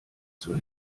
zur